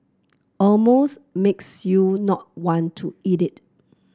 almost makes you not want to eat it